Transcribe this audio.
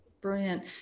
Brilliant